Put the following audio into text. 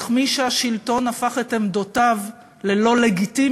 איך מי שהשלטון הפך את עמדותיו ללא-לגיטימיות